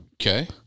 Okay